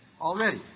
already